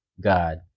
God